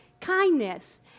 kindness